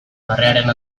barrearen